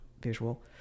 visual